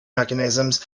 mechanisms